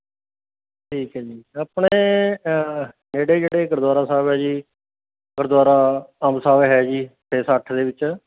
ਠੀਕ ਹੈ ਜੀ ਆਪਣੇ ਨੇੜੇ ਜਿਹੜੇ ਗੁਰਦੁਆਰਾ ਸਾਹਿਬ ਹੈ ਜੀ ਗੁਰਦੁਆਰਾ ਭਾਊ ਸਾਹਿਬ ਹੈ ਜੀ ਫੇਸ ਅੱਠ ਦੇ ਵਿੱਚ